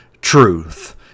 truth